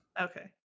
Okay